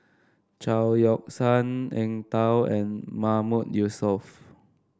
Chao Yoke San Eng Tow and Mahmood Yusof